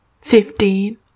fifteen